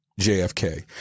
JFK